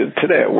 today